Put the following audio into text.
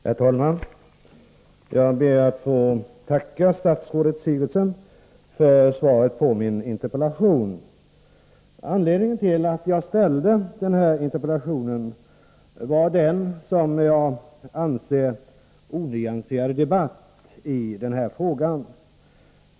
Herr talman! Jag ber att få tacka statsrådet Sigurdsen för svaret på min interpellation. Anledningen till att jag framställde interpellationen var den, som jag ser det, onyanserade debatten i den här frågan.